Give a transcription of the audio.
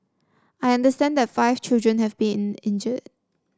I understand that five children have been injured